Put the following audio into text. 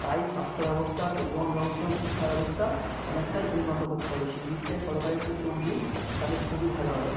তাই স্বাস্থ্য ব্যবস্থা পরিবহণ ব্যবস্থা এবং শিক্ষা ব্যবস্থা অনেকটাই উন্নত করতে হবে সেই দিকটায় সরকার একটু চোখ দিক তাহলে খুবই ভালো হবে